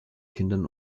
kindern